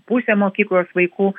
pusė mokyklos vaikų